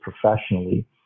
professionally